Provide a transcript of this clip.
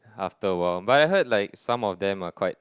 after a while but I heard like some of them are quite